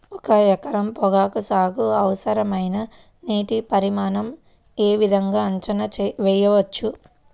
ఒక ఎకరం పొగాకు సాగుకి అవసరమైన నీటి పరిమాణం యే విధంగా అంచనా వేయవచ్చు?